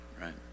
right